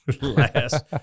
last